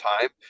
time